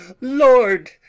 Lord